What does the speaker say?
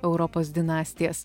europos dinastijas